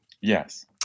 Yes